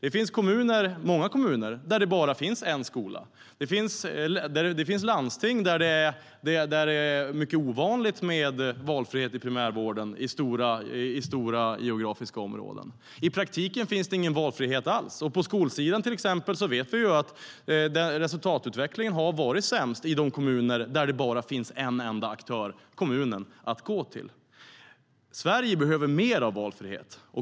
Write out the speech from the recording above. I många kommuner finns det bara en skola. Det finns landsting och stora geografiska områden där det är mycket ovanligt med valfrihet i primärvården. I praktiken finns det ingen valfrihet alls. På skolområdet vet vi ju att resultatutvecklingen har varit sämst i de kommuner där det bara finns en enda aktör, kommunen. Sverige behöver mer valfrihet.